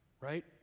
Right